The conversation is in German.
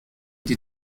die